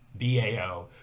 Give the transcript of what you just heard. BAO